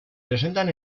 presentan